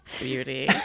Beauty